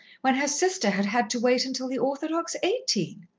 when her sister had had to wait until the orthodox eighteen?